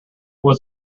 was